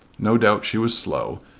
no doubt she was slow,